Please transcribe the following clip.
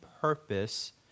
purpose